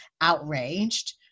outraged